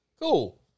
Cool